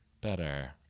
better